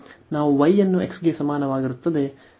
y ಅನ್ನು x ಗೆ ಸಮಾನವಾಗಿರುತ್ತದೆ